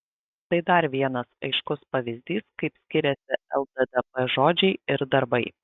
tai dar vienas aiškus pavyzdys kaip skiriasi lddp žodžiai ir darbai